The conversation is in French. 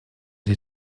des